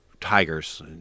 tigers